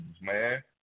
man